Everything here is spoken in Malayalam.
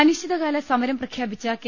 അനിശ്ചിതകാല സമരം പ്രഖ്യാപിച്ച കെ